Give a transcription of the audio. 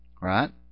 right